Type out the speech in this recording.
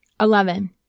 Eleven